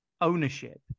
ownership